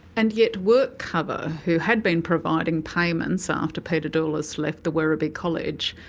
and yet workcover, who had been providing payments after peter doulis left the werribee college,